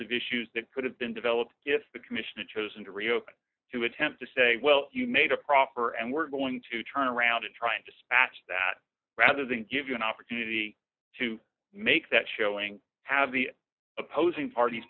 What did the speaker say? of issues that could have been developed if the commission chosen to reopen to attempt to say well you made a proper and we're going to turn around and trying to snatch that rather than give you an opportunity to make that showing have the opposing parties